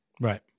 Right